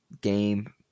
game